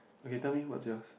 okay tell me what's yours